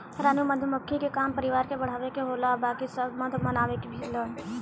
रानी मधुमक्खी के काम परिवार के बढ़ावे के होला आ बाकी सब मध बनावे ली सन